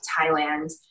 Thailand